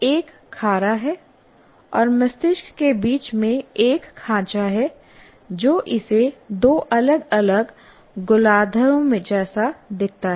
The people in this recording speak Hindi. एक खारा है और मस्तिष्क के बीच में एक खांचा है जो इसे दो अलग अलग गोलार्द्धों जैसा दिखता है